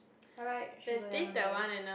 alright should go there one day